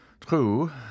True